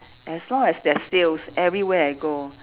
as long as there's sales everywhere I go